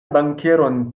bankieron